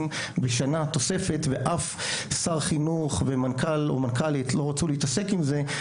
בשנה תוספת ואף שר חינוך ומנכ"ל או מנכ"לית לא רצו להתעסק עם זה,